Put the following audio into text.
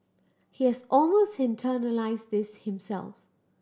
he has almost internalised this himself